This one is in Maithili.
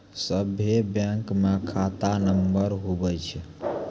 सभे बैंकमे खाता नम्बर हुवै छै